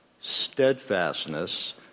steadfastness